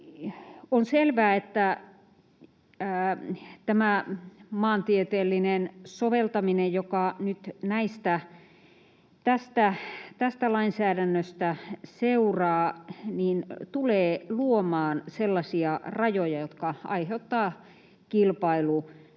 On selvää, että tämä maantieteellinen soveltaminen, joka nyt tästä lainsäädännöstä seuraa, tulee luomaan sellaisia rajoja, jotka aiheuttavat